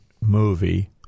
movie